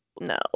No